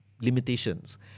limitations